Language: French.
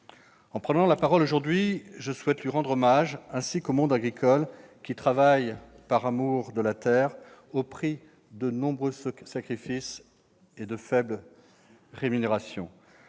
En prenant la parole aujourd'hui, je souhaite lui rendre hommage, ainsi qu'au monde agricole, qui travaille par amour de la terre au prix de nombreux sacrifices et pour de faibles rémunérations.